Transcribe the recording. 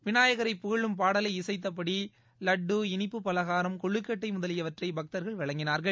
விநாயகரை புகழும் பாடலை இசைத்தபடி லட்டு இனிப்பு பலகாரம் கொழுக்கட்டை முதலியவற்றை பக்தர்கள் வழங்கினார்கள்